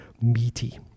meaty